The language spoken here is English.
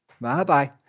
Bye-bye